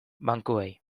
bankuei